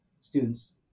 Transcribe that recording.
students